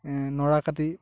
নৰা কাটি